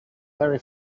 very